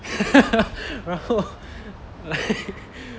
然后 like